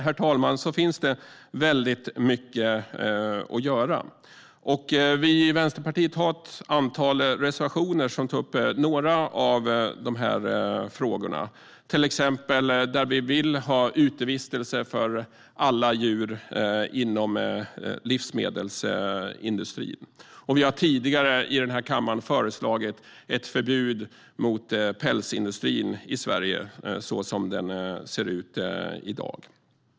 Det finns alltså väldigt mycket att göra här, herr talman. Vi i Vänsterpartiet har ett antal reservationer som tar upp några av dessa frågor. Vi vill till exempel ha utevistelse för alla djur inom livsmedelsindustrin. Vi har också tidigare i den här kammaren föreslagit ett förbud mot pälsindustrin i Sverige såsom den ser ut i dag.